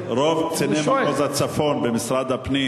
רוב קציני מחוז הצפון במשרד הפנים